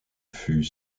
fut